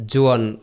Juan